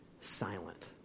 silent